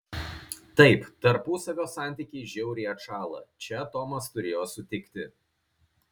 taip tarpusavio santykiai žiauriai atšąla čia tomas turėjo sutikti